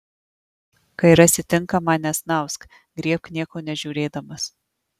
kai rasi tinkamą nesnausk griebk nieko nežiūrėdamas